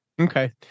Okay